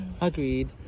agreed